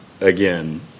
Again